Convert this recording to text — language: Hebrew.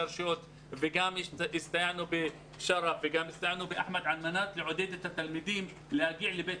הרשויות וגם הסתייענו בשרף ובאחמד על מנת לעודד את התלמידים להגיע לבית